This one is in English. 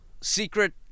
Secret